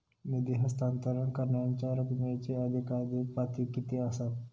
निधी हस्तांतरण करण्यांच्या रकमेची अधिकाधिक पातळी किती असात?